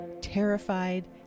terrified